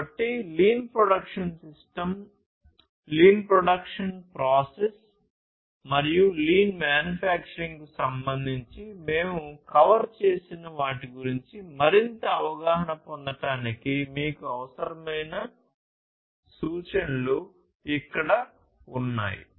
కాబట్టి lean production system lean production process మరియు lean మాన్యుఫ్యాక్చరింగ్కు సంబంధించి మేము కవర్ చేసిన వాటి గురించి మరింత అవగాహన పొందడానికి మీకు అవసరమైన సూచనలు ఇక్కడ ఉన్నాయి